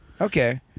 Okay